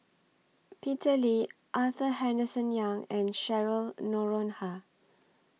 Peter Lee Arthur Henderson Young and Cheryl Noronha